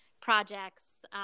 projects